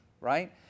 right